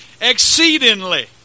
exceedingly